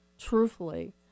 truthfully